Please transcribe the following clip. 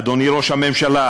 אדוני ראש הממשלה,